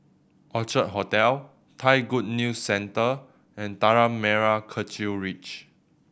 Orchard Hotel Thai Good News Centre and Tanah Merah Kechil Ridge